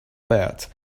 bed